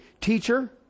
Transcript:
teacher